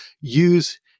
use